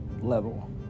level